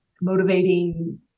motivating